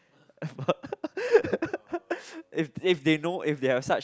if they know if they have such